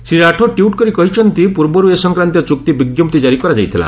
Shri Rathore tweet କରି କହିଛନ୍ତି ପୂର୍ବରୁ ଏ ସଂକ୍ରାନ୍ତୀୟ ଚୁକ୍ତି ବିଜ୍ଞପ୍ତି କାରି କରାଯାଇଥିଲା